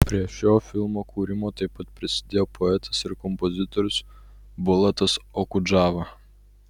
prie šio filmo kūrimo taip pat prisidėjo poetas ir kompozitorius bulatas okudžava